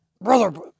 Brother